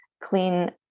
clean